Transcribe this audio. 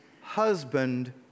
husband